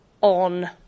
on